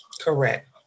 Correct